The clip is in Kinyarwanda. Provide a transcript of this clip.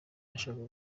nashakaga